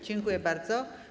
Dziękuję bardzo.